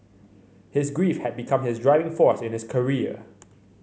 his grief had become his driving force in his career